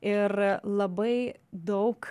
ir labai daug